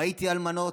ראיתי אלמנות,